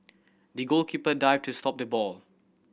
the goalkeeper dived to stop the ball